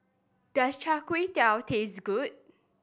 does Char Kway Teow taste good